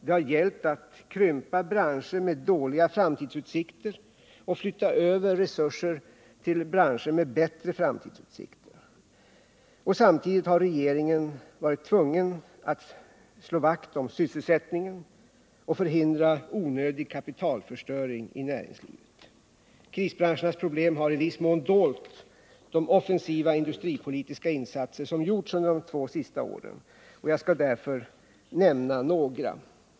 Det har gällt att krympa branscher med dåliga framtidsutsikter och flytta över resurser till branscher med bättre framtidsutsikter. Men samtidigt har regeringen varit tvungen att slå vakt om sysselsättningen och förhindra onödig kapitalförstöring i näringslivet. Krisbranschernas problem har i viss mån dolt de offensiva industripolitiska insatser som gjorts under de senaste två åren. Jag skall därför nämna några.